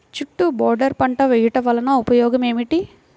చుట్టూ బోర్డర్ పంట వేయుట వలన ఉపయోగం ఏమిటి?